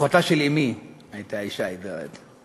אחותה של אמי הייתה אישה עיוורת.